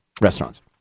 restaurants